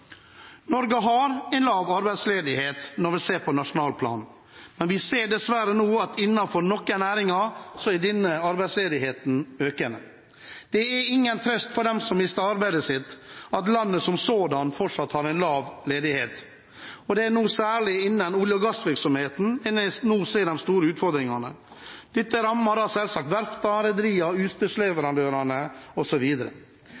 Norge har lav arbeidsledighet når vi ser på nasjonalplanen, men vi ser dessverre at innenfor noen næringer er arbeidsledigheten nå økende. Det er ingen trøst for dem som mister arbeidet sitt, at landet som sådant fortsatt har lav ledighet. Det er særlig innen olje- og gassvirksomheten en nå ser de store utfordringene. Dette rammer selvsagt